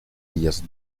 díaz